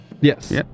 yes